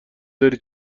داری